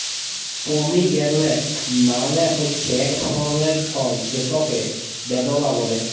pomegranate মালে হছে ইক ধরলের ফল যেটকে বেদালা ব্যলে